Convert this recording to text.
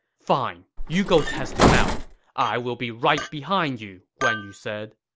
fine, you go test him out i will be right behind you, guan yu said